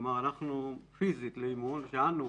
כלומר, הלכנו פיזית לאימון ושאלנו